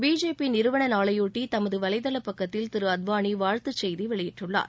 BJP நிறுவன நாளையொட்டி தமது வலைதளப்பக்கத்தில் திரு அத்வானி வாழ்த்துச்செய்தி வெளியிட்டுள்ளார்